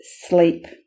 sleep